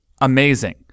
amazing